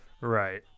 right